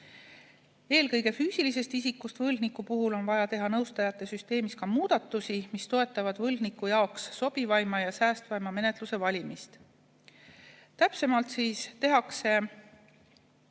Eelkõige füüsilisest isikust võlgniku puhul on vaja teha nõustajate süsteemis ka muudatusi, mis toetavad võlgniku jaoks sobivaima ja säästvaima menetluse valimist. Täpsemalt tehakse